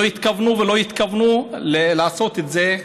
לא התכוונו, ולא התכוונו לעשות את זה.